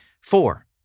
Four